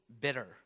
bitter